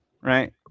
right